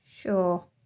Sure